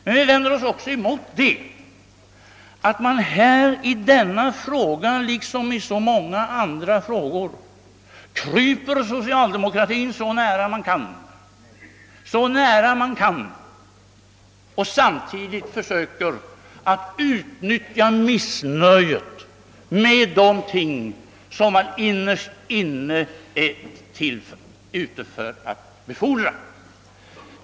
Men vi vänder oss också mot att man i denna fråga liksom i så många andra frågor kryper så nära socialdemokratin som man kan, samtidigt som man försöker utnyttja missnöjet med de ting som man innerst inne vill befordra.